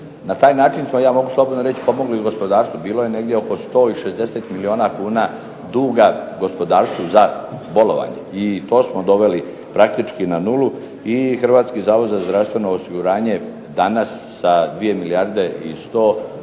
Na taj način smo, ja mogu slobodno reči pomogli gospodarstvu, bilo je negdje oko 160 milijuna kuna duga gospodarstvu za bolovanje, i to smo doveli praktički na nulu i Hrvatski zavod za zdravstveno osiguranje danas sa 2 milijarde i 100 je